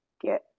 get